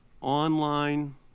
online